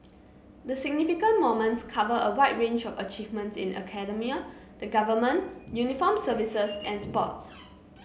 the significant moments cover a wide range of achievements in academia the Government uniformed services and sports